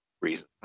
reason